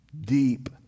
deep